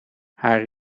haar